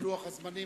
בלוח הזמנים.